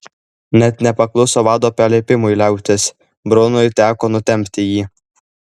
net nepakluso vado paliepimui liautis brunui teko nutempti jį